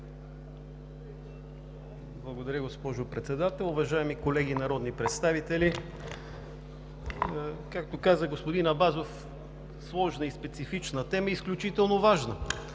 Благодаря, госпожо Председател. Уважаеми колеги народни представители, както каза господин Абазов, сложна и специфична тема, и изключително важна.